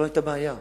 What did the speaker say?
בכלל לא היתה בעיה.